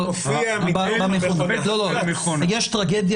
יש טרגדיה